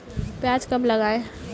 प्याज कब लगाएँ?